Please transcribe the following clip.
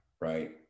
right